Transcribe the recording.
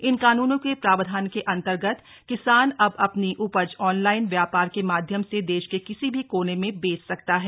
इन कानूनों के प्रावधान के अंतर्गत किसान अब अपनी ऊपज ऑनलाइन व्यापार के माध्यम से देश के किसी भी कोने में बेच सकता है